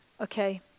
Okay